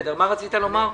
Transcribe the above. מה רצית לומר?